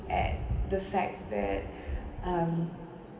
at the fact that um